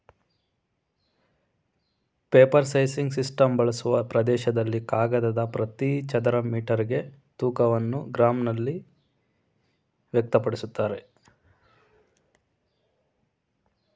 paper sizing system ಬಳಸುವ ಪ್ರದೇಶಗಳಲ್ಲಿ ಕಾಗದದ ಪ್ರತಿ ಚದರ ಮೀಟರ್ಗೆ ತೂಕವನ್ನು ಗ್ರಾಂನಲ್ಲಿ ವ್ಯಕ್ತಪಡಿಸ್ತಾರೆ